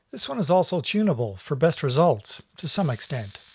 this one is also tunable, for best results, to some extent.